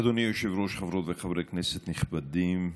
אדוני היושב-ראש, חברות וחברי כנסת נכבדים,